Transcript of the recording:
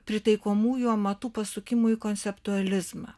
pritaikomųjų amatų pasukimu į konceptualizmą